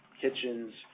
kitchens